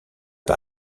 par